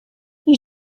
you